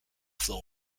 flow